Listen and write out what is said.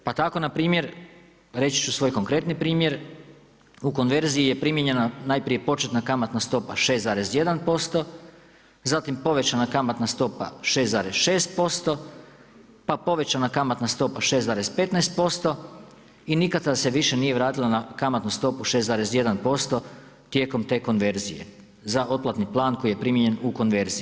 Pa tako npr. reći ću svoj konkretni primjer u konverziji je primijenjena najprije početna kamatna stopa 6,1% zatim povećana kamatna stopa 6,6%, pa povećana kamatna stopa 6,15% i nikad nam se više nije vratila na kamatnu stopu 6,1% tijekom te konverzije za otplatni plan koji je primijenjen u konverziji.